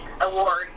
Award